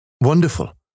Wonderful